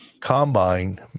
Combine